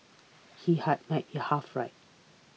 he had might be half right